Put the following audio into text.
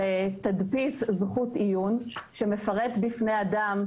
התדפיס מפרט בפני אדם,